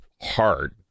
hard